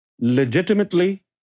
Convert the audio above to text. legitimately